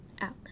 out